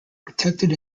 protected